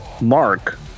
Mark